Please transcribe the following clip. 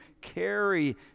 carry